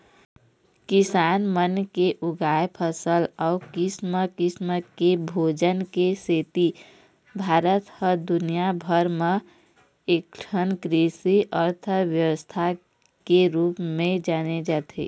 किसान मन के उगाए फसल अउ किसम किसम के भोजन के सेती भारत ह दुनिया भर म एकठन कृषि अर्थबेवस्था के रूप म जाने जाथे